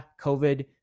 COVID